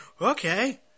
okay